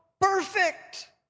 perfect